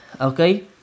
Okay